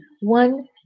one